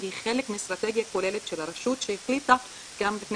הוא חלק מאסטרטגיה כוללת של הרשות שהחליטה גם לפני